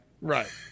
Right